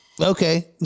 okay